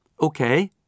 okay